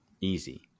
easy